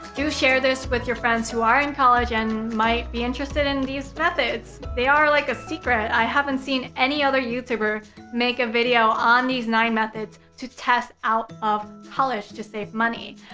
do share this with your friends who are in college and might be interested in these methods. they are like a secret. i haven't seen any other youtuber make a video on these nine methods to test out of college to save money.